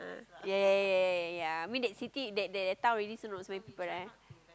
ya ya ya ya ya I mean that city that that town already so not so many people right